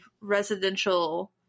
residential